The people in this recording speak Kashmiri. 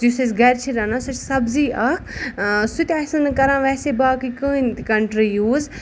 یُس أسۍ گرِ چھِ رَنان سُہ چھِ سَبزی اکھ سُہ تہِ آسن نہٕ کران ویسے باقٕے کٕہٕنۍ تہِ کَنٹری یوٗز